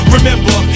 Remember